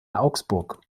augsburg